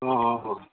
अँ अ अँ